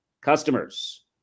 customers